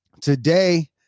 Today